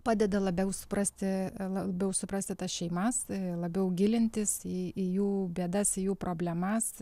padeda labiau suprasti labiau suprasti tas šeimas labiau gilintis į į jų bėdas jų problemas